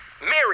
Mary